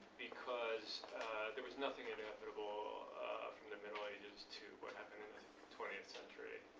because there was nothing inevitable from the middle ages to what happened in the twentieth century.